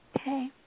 Okay